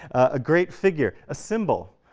a great figure, a symbol.